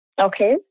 Okay